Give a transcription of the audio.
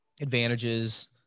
advantages